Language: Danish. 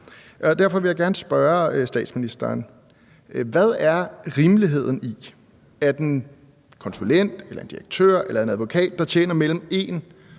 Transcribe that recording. derfor vil jeg gerne spørge statsministeren: Hvad er rimeligheden i, at en konsulent eller en direktør eller en advokat, der tjener mellem 1 og